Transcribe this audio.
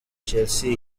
chelsea